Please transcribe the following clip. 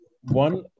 one